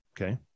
Okay